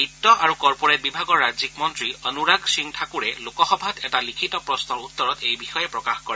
বিত্ত আৰু কৰ্পৰেট বিভাগৰ ৰাজ্যিক মন্ত্ৰী অনূৰাগ সিং ঠাকুৰে লোকসভাত এটা লিখিত প্ৰশ্নৰ উত্তৰত এই বিষয়ে প্ৰকাশ কৰে